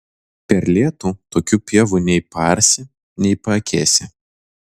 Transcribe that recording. per lietų tokių pievų nei paarsi nei paakėsi